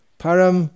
param